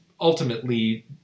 ultimately